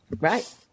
Right